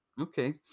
okay